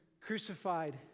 crucified